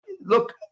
Look